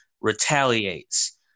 retaliates